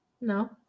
No